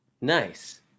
Nice